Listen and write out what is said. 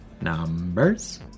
Numbers